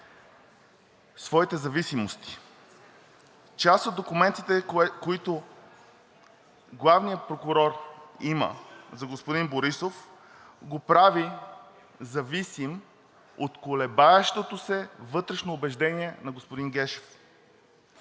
своите зависимости – част от документите, които главният прокурор има за господин Борисов, го прави зависим от колебаещото се вътрешно убеждение на господин Гешев.